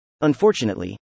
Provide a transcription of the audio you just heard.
Unfortunately